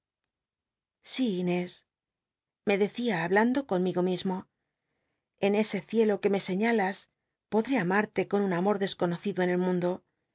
inés me decía hablando conmigo mismo en ese cielo que me seííalas pod té amatle con un amor desconocido en el mundo